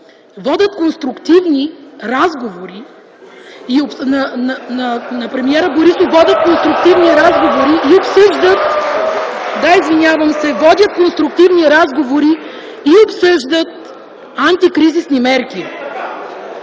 водят конструктивни разговори и обсъждат антикризисни мерки.